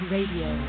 Radio